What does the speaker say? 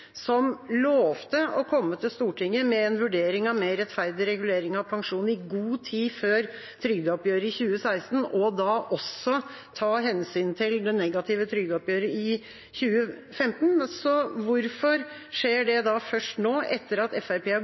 som lovte å komme til Stortinget med en vurdering av mer rettferdig regulering av pensjon i god tid før trygdeoppgjøret i 2016, og da også ta hensyn til det negative trygdeoppgjøret i 2015? Så hvorfor skjer det da først nå, etter at